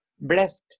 Blessed